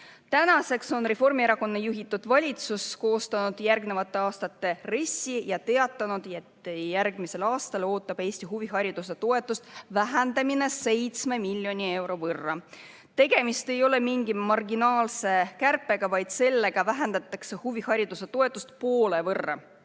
Tänaseks on Reformierakonna juhitud valitsus koostanud järgmiste aastate RES-i ja teatanud, et järgmisel aastal ootab Eestit huvihariduse toetuse vähendamine 7 miljoni euro võrra. Tegemist ei ole mingi marginaalse kärpega, vaid sellega vähendatakse huvihariduse toetust poole võrra.